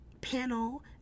panel